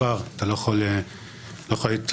אתה לא יכול לעשות שום דבר,